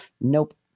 Nope